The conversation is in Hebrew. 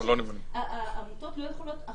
העמותות לא יכולות,